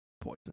poison